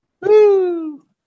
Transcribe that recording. Woo